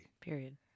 Period